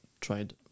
tried